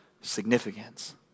significance